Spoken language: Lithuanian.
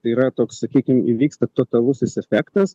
tai yra toks sakykim įvyksta totalusis efektas